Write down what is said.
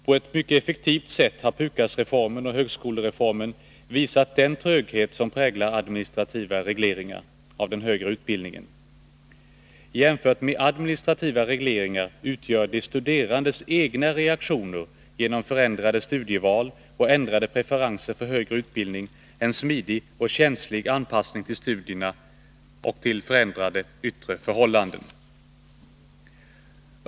På ett mycket effektivt sätt har PUKAS-reformen och högskolereformen visat den tröghet som präglar administrativa regleringar av den högre utbildningen. Jämfört med administrativa regleringar utgör de studerandes egna reaktioner genom förändrade studieval och ändrade preferenser för högre utbildning en smidig och känslig anpassning av studierna till förändrade yttre förhållanden.